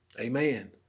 amen